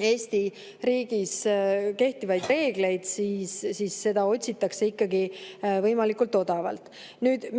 Eesti riigis kehtivaid reegleid, seda [püütakse ikkagi osta] võimalikult odavalt.